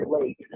late